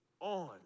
on